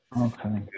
Okay